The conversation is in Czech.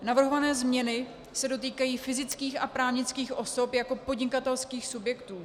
Navrhované změny se dotýkají fyzických a právnických osob jako podnikatelských subjektů.